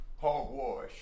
hogwash